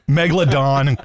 megalodon